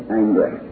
angry